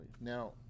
Now